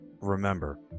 remember